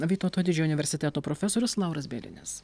vytauto didžiojo universiteto profesorius lauras bielinis